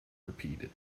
repeated